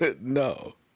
no